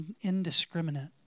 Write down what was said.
indiscriminate